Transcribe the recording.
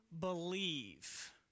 believe